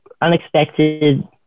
unexpected